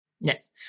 Yes